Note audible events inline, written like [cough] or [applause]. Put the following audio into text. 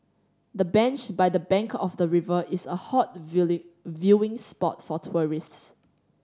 the bench by the bank of the river is a hot [unintelligible] viewing spot for tourists